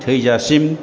थैजासिम